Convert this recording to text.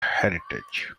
heritage